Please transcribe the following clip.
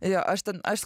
jo aš ten aš